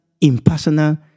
impersonal